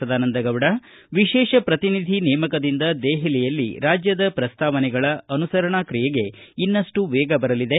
ಸದಾನಂದ ಗೌಡ ವಿಶೇಷ ಪ್ರತಿನಿಧಿ ನೇಮಕದಿಂದ ದೆಹಲಿಯಲ್ಲಿ ರಾಜ್ಯದ ಪ್ರಸ್ತಾವನೆಗಳ ಅನುಸರಣಾ ತ್ರಿಯೆಗೆ ಇನ್ನಷ್ಟು ವೇಗ ಬರಲಿದೆ